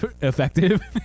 effective